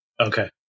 Okay